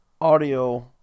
audio